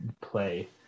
play